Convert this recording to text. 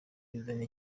bizana